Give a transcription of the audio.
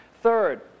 Third